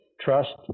trust